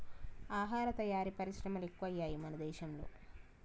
ఆహార తయారీ పరిశ్రమలు ఎక్కువయ్యాయి మన దేశం లో